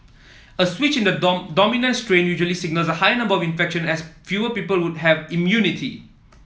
a switch in the dominant strain usually signals a higher number of infections as fewer people would have immunity